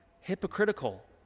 hypocritical